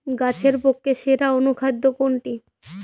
গাছের পক্ষে সেরা অনুখাদ্য কোনটি?